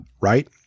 Right